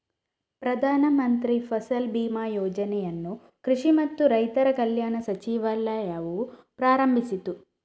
ಪ್ರಧಾನ ಮಂತ್ರಿ ಫಸಲ್ ಬಿಮಾ ಯೋಜನೆಯನ್ನು ಕೃಷಿ ಮತ್ತು ರೈತರ ಕಲ್ಯಾಣ ಸಚಿವಾಲಯವು ಪ್ರಾರಂಭಿಸಿತು